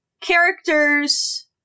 characters